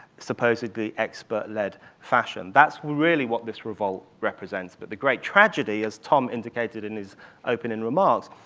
supposedly expert-led fashion. that's really what this revolt represents, but the great tragedy, as tom indicated in his opening remarks,